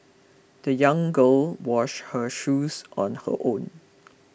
the young go washed her shoes on her own